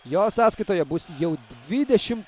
jo sąskaitoje bus jau dvidešim